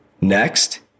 Next